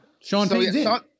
Sean